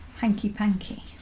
Hanky-panky